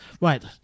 Right